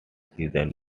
season